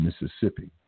Mississippi